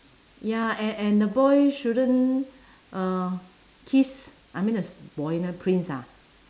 ya and and the boy shouldn't uh kiss I mean the s~ boy the prince ah